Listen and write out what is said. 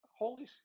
holy